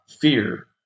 fear